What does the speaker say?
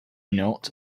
not